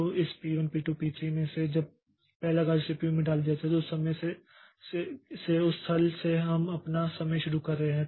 तो इस P1 P2 P3 में से जब पहला कार्य सीपीयू में डाल दिया जाता है उस समय से उस स्थल से हम अपना समय शुरू कर रहे हैं